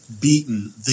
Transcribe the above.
beaten